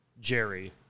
Jerry